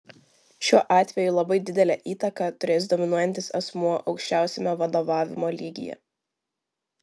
šiuo atveju labai didelę įtaką turės dominuojantis asmuo aukščiausiame vadovavimo lygyje